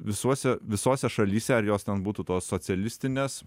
visuose visose šalyse ar jos ten būtų tos socialistinės